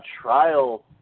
trial